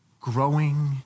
growing